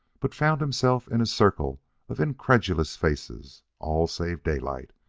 but found himself in a circle of incredulous faces all save daylight,